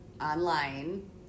online